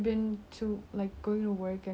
you just want to be home and you want to be lazy